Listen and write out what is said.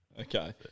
Okay